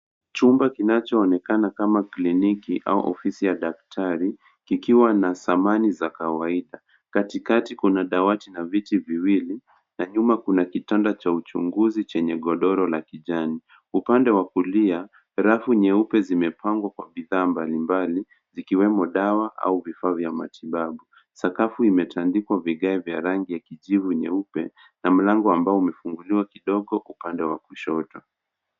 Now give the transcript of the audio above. Chumba kinachoonekana kama kliniki au ofisi ya daktari kikiwa na samani za kawaida ,katikati kuna dawati na viti viwili na nyuma kuna kitanda cha uchunguzi chenye godoro la kijani, upande wa kulia rafu nyeupe zimepangwa kwa bidhaa mbalimbali zikiwemo dawa au vifaa vya matibabu sakafu imetandikwa vigae vya rangi ya kijivu nyeupe na mlango ambao umefunguliwa kidogo upande wa kushoto.